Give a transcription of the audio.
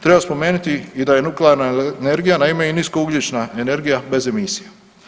Treba spomenuti i da je nuklearna energija najmanje nisko ugljična energija bez emisija.